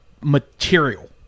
material